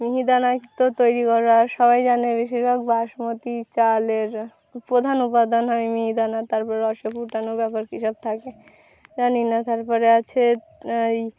মিহিদানা তো তৈরি করা সবাই জানে বেশিরভাগ বাসমতি চালের প্রধান উপাদান হয় মিহিদানার তারপর রসে ফুটানো ব্যাপার কী সব থাকে জানি না তারপরে আছে